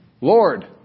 Lord